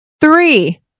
Three